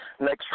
Next